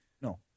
no